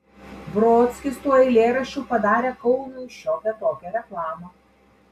brodskis tuo eilėraščiu padarė kaunui šiokią tokią reklamą